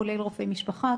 כולל רופאי משפחה,